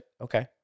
okay